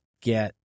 get